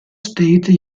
state